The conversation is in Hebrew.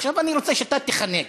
עכשיו אני רוצה שאתה תיחנק.